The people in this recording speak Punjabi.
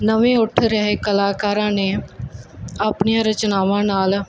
ਨਵੇਂ ਉੱਠ ਰਹੇ ਕਲਾਕਾਰਾਂ ਨੇ ਆਪਣੀਆਂ ਰਚਨਾਵਾਂ ਨਾਲ